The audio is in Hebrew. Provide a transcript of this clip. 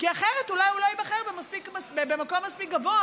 אחרת הוא אולי לא ייבחר במקום מספיק גבוה